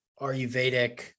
Ayurvedic